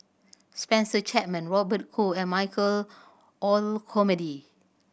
Spencer Chapman Robert Goh and Michael Olcomendy